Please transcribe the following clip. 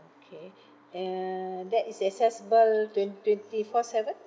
K a~ uh that is accessible twen~ twenty four seven